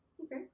Okay